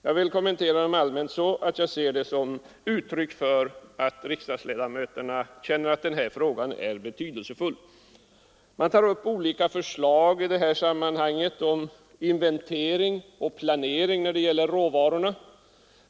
Jag vill kommentera dem allmänt så, att jag ser dem som uttryck för att riksdagsledamöterna känner att denna fråga är betydelsefull. Man tar upp olika förslag om inventering och planering av råvarorna.